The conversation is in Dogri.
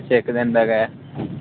अच्छा इक दिन दा गै